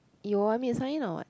you want me to sign in or what